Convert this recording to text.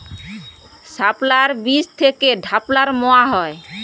শাপলার বীজ থেকে ঢ্যাপের মোয়া হয়?